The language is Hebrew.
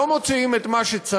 לא מוציאים את מה שצריך,